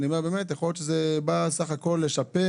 יכול להיות שהן בסך הכול באו לשפר,